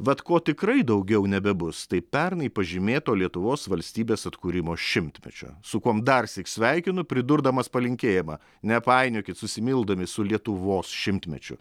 vat ko tikrai daugiau nebebus tai pernai pažymėto lietuvos valstybės atkūrimo šimtmečio su kuom darsyk sveikinu pridurdamas palinkėjimą nepainiokit susimildami su lietuvos šimtmečiu